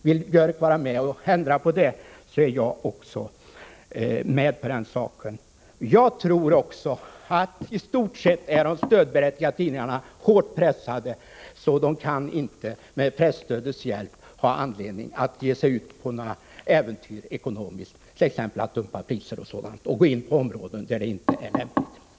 Vill Björck ändra på det förhållandet är jag med på det. Jag tror att de flesta stödberättigade tidningar är så hårt pressade att de inte har anledning att, med presstödets hjälp, ge sig ut på några äventyr ekonomiskt, t.ex. att dumpa priser eller att gå in på områden där det inte är lönsamt att tidningarna agerar.